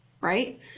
right